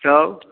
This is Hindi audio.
तब